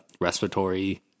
respiratory